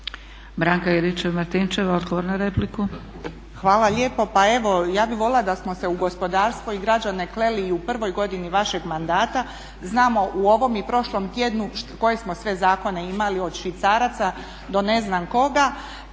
**Juričev-Martinčev, Branka (HDZ)** Hvala lijepo. Pa evo ja bih voljela da smo se u gospodarstvo i građane kleli i u prvoj godini vašeg mandata. Znamo u ovom i prošlom tjednu koje smo sve zakone imali od švicaraca do ne znam koga